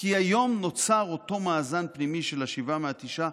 כי היום נוצר אותו מאזן פנימי של השבעה מהתשעה.